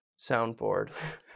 soundboard